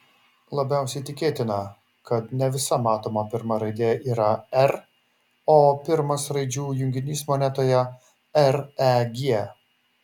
labiausiai tikėtina kad ne visa matoma pirma raidė yra r o pirmas raidžių junginys monetoje reg